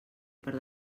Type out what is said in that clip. per